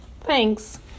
Thanks